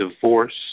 divorce